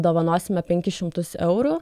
dovanosime penkis šimtus eurų